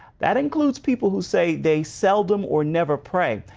that includes people who say they seldom or never pray.